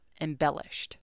embellished